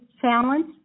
challenge